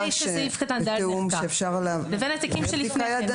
שסעיף קטן (ד) נחקק לבין התיקים שלפני.